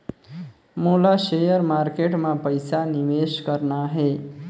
मोला share market मां पइसा निवेश करना हे?